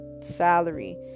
salary